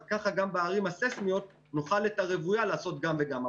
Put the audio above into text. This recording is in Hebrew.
אז ככה גם בערים הסיסמיות נוכל את הרוויה לעשות גם וגם.